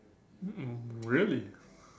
mm really